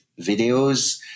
videos